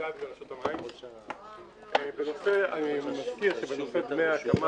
בנושא של דמי ההקמה